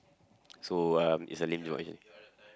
so um it's a lame joke actually